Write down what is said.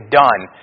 done